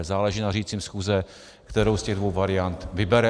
Záleží na řídícím schůze, kterou z těch dvou variant vybere.